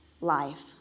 life